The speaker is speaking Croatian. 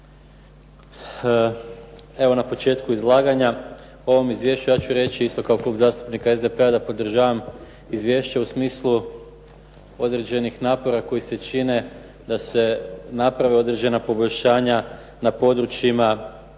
Evo na početku izlaganja o ovom izvješću, ja ću reći isto kao Klub zastupnika SDP-a da podržavam izvješće u smislu određenih napora da se naprave određena poboljšanja na područjima kulture